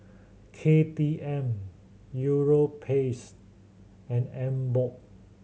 K T M Europace and Emborg